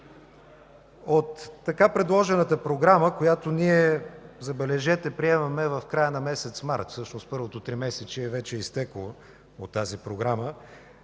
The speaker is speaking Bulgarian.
От така предложената програма, която ние, забележете, приемаме в края на месец март и всъщност първото тримесечие на тази програма